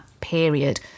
period